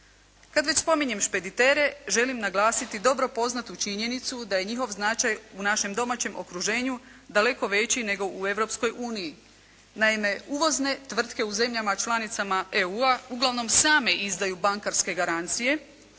Kada već spominjem špeditere, želim naglasiti dobro poznatu činjenicu da je njihov značaj u našem domaćem okruženju daleko veći nego u Europskoj uniji. Naime uvozne tvrtke u zemljama članicama EU-a uglavnom same izdaju bankarske garancije